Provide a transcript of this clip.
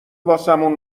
واسمون